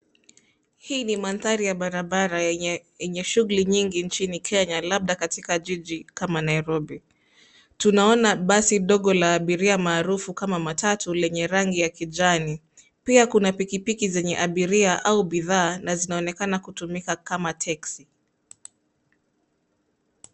Hii ni mandhari ya barabara yenye, yenye shughuli nyingi nchini Kenya, labda katika jiji kama Nairobi. Tunaona basi dogo la abiria maarufu kama matatu, lenye rangi ya kijani. Pia, kuna pikipiki zenye abiria, au bidhaa, na zinaonekana kutumika kama teksi.